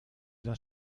das